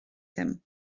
ddim